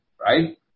right